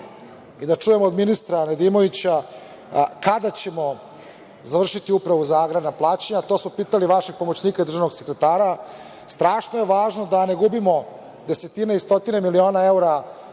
i da čujemo od ministra Nedimovića kada ćemo završiti Upravu za agrarna plaćanja? To smo pitali vašeg pomoćnika, državnog sekretara. Strašno je važno da ne gubimo desetine i stotine miliona evra